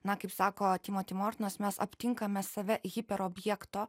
na kaip sako timoti mortonas mes aptinkame save hiperobjekto